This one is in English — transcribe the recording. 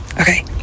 okay